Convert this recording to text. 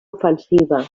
ofensiva